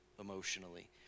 emotionally